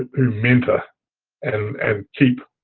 ah who mentor and and keep